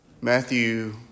Matthew